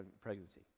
pregnancy